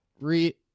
re